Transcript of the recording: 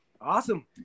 Awesome